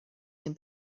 can